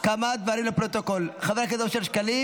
כמה דברים לפרוטוקול: חבר הכנסת אושר שקלים